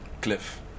cliff